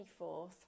24th